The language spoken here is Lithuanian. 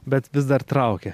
bet vis dar traukia